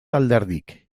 alderdik